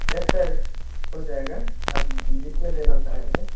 یس sir ہو جائے گا آپ جس میں لینا چاہیں گے